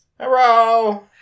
Hello